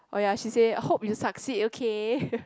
oh ya she say hope you succeed okay